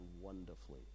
wonderfully